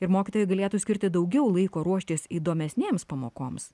ir mokytojai galėtų skirti daugiau laiko ruoštis įdomesnėms pamokoms